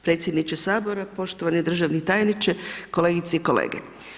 Predsjedniče Sabora, poštovani državni tajniče, kolegice i kolege.